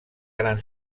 gran